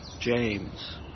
James